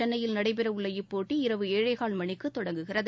சென்னையில் நடைபெறவுள்ள இப்போட்டி இரவு ஏழேகால் மணிக்கு தொடங்குகிறது